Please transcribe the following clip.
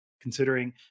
considering